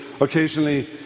occasionally